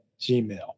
Gmail